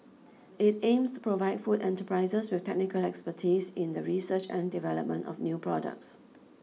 it aims to provide food enterprises with technical expertise in the research and development of new products